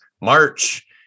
March